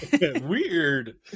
Weird